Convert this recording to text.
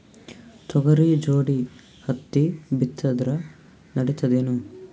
ತೊಗರಿ ಜೋಡಿ ಹತ್ತಿ ಬಿತ್ತಿದ್ರ ನಡಿತದೇನು?